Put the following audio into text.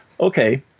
okay